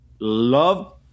love